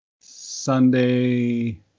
Sunday